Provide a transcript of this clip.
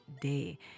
day